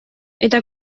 eta